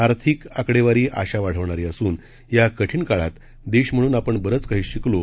आर्थिक निर्देशक आशा वाढवणारे असून या कठीण काळात देश म्हणून आपण बरंच काही शिकलो